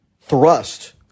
thrust